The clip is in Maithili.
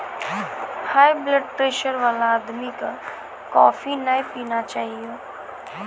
हाइब्लडप्रेशर वाला आदमी कॅ कॉफी नय पीना चाहियो